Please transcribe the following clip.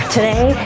Today